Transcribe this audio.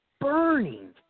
burning